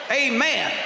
amen